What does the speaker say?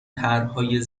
طرحهای